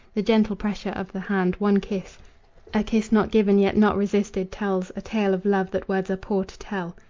the gentle pressure of the hand, one kiss a kiss not given yet not resisted tells a tale of love that words are poor to tell.